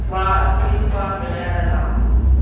வா பின்பால் விளையாடலாம்